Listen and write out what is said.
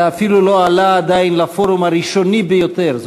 זה אפילו לא עלה עדיין לפורום הראשוני ביותר,